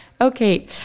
Okay